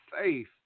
faith